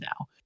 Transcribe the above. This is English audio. now